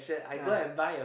ya